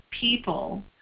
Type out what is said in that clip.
people